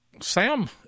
Sam